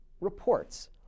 reports